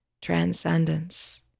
transcendence